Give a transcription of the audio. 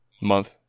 Month